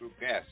guest